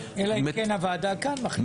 אלא אם כן הוועדה כאן מחליטה לתקן.